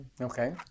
Okay